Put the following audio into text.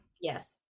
yes